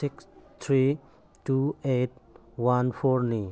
six three two eight one ꯐꯣꯔꯅꯤ